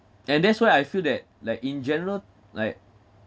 and that's why I feel that like in general like